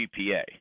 GPA